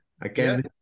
Again